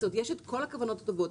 יש את כל הכוונות הטובות.